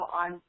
on